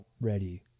ready